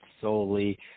solely –